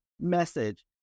message